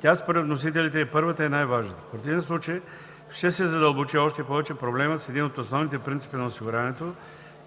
Тя според вносителите е първата и най-важната. В противен случай ще се задълбочи още повече проблемът с един от основните принципи на осигуряването,